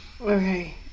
Okay